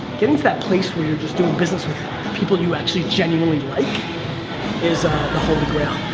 getting to that place where you're just doing business with people you actually, genuinely like is the holy grail.